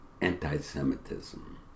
anti-Semitism